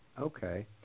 Okay